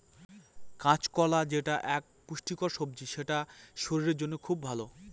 কাঁচকলা যেটা এক পুষ্টিকর সবজি সেটা শরীরের জন্য খুব ভালো